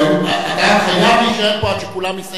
אתה חייב להישאר פה עד שכולם יסיימו,